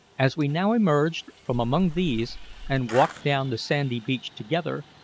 as we now emerged from among these and walked down the sandy beach together,